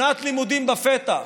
שנת לימודים בפתח.